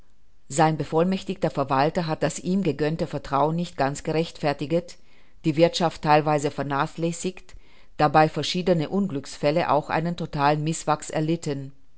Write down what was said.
sein bevollmächtigter verwalter hat das ihm gegönnte vertrauen nicht ganz gerechtfertiget die wirthschaft theilweise vernachlässigt dabei verschiedene unglücksfälle auch einen totalen mißwachs erlitten